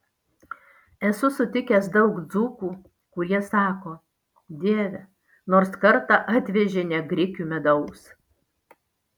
esu sutikęs daug dzūkų kurie sako dieve nors kartą atvežė ne grikių medaus